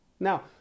Now